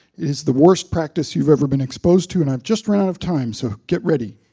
it's the worst practice you've ever been exposed to. and i've just run out of time, so get ready.